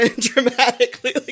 dramatically